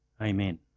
Amen